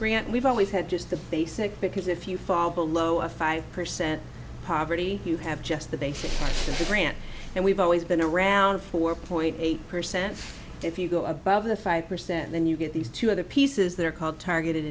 grant we've always had just the basic because if you fall below a five percent poverty you have just the basic rant and we've always been around four point eight per cent if you go above the five percent then you get these two other pieces that are called targeted